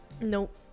Nope